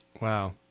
Wow